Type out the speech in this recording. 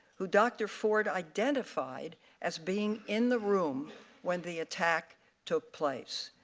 who dr ford identified as being in the room when the attack took place.